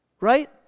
Right